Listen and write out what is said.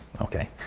Okay